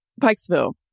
Pikesville